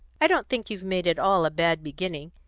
i don't think you've made at all a bad beginning.